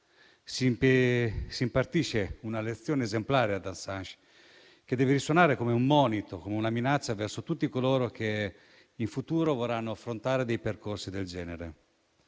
Si impartisce una lezione esemplare ad Assange, che deve suonare come un monito e una minaccia verso tutti coloro che in futuro vorranno affrontare percorsi del genere.